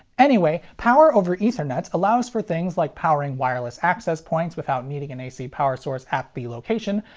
anyway, power over ethernet allows for things like powering wireless access points without needing an a c power source at the location,